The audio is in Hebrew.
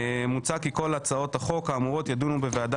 מוצע כי כל הצעות החוק האמורות ידונו בוועדה